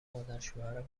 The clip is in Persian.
مادرشوهرم